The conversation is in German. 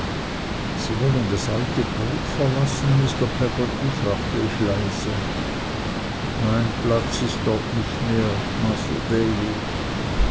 sie wollen das alte boot verlassen mr peggotty fragte ich leise mein platz ist dort nicht mehr mr davy